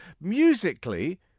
Musically